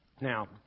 Now